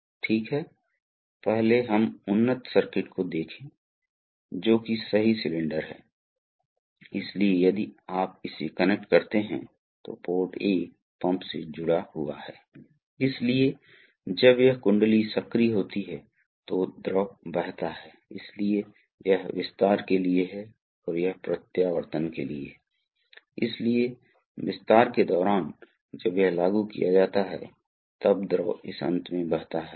दूसरी ओर गियर पंपों को देखें गियर पंपों में आपने गियर्स लगाए हैं इसलिए जो आप कर रहे हैं वह आप सोच सकते हैं कि जैसे यह गियर घूर्णन कर रहे हैं वैसे ही यह गियर घूम रहे हैं इस क्षेत्र में इस रूप में यह दांत इस तरह से घूम रहा है और यह दांत इस तरह से घूम रहा है